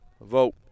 Vote